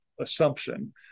assumption